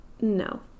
No